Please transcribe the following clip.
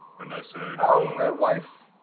and so oh, the wife?